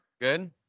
Good